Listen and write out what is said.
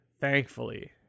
thankfully